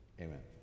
amen